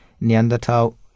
neanderthal